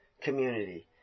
community